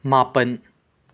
ꯃꯥꯄꯟ